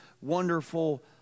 wonderful